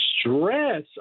Stress